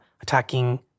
attacking